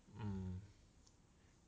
mm